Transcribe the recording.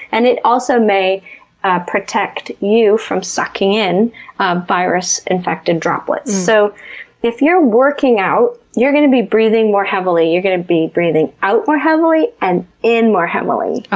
and it also may protect you from sucking in virus-infected droplets. so if you're working out, you're going to be breathing more heavily. you're going to be breathing out more heavily and in more heavily.